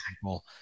people